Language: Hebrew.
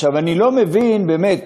אני לא מבין, באמת,